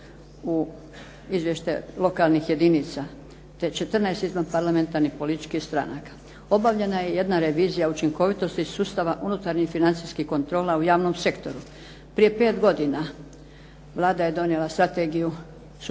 u izvještaj lokalnih jedinica, te 14 izvan parlamentarnih političkih stranaka. Obavljena je jedna revizija učinkovitosti sustava unutarnjih financijskih kontrola u javnom sektoru. Prije pet godina Vlada je donijela strategiju sustava